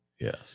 Yes